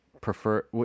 prefer